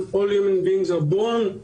האנוש שווים,